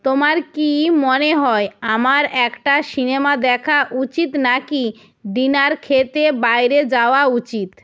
তোমার কী মনে হয় আমার একটা সিনেমা দেখা উচিত না কি ডিনার খেতে বাইরে যাওয়া উচিত